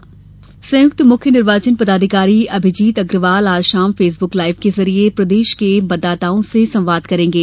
मतदाता संवाद संयुक्त मुख्य निर्वाचन पदाधिकारी अभिजीत अग्रवाल आज शाम फेसबुक लाइव के जरिए प्रदेश के मतदाताओं से संवाद करेंगे